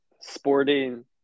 sporting